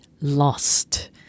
lost